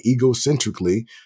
egocentrically